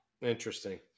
Interesting